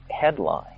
headline